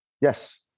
Yes